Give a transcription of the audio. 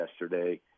yesterday